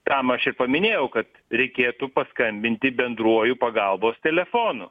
tam aš ir paminėjau kad reikėtų paskambinti bendruoju pagalbos telefonu